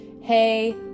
hey